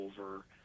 over